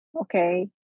okay